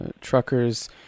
truckers